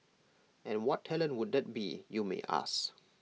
and what talent would that be you may ask